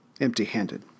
empty-handed